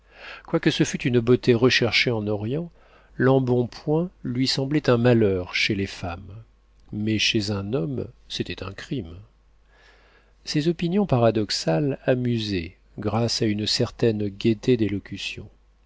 quoique ce fût une beauté recherchée en orient l'embonpoint lui semblait un malheur chez les femmes mais chez un homme c'était un crime ces opinions paradoxales amusaient grâce à une certaine gaieté d'élocution